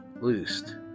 loosed